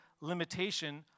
limitation